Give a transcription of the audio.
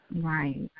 Right